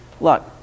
Look